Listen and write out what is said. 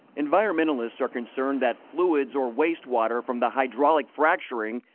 environmentalists are concerned that fluids or wastewater from the hydraulic fracturing,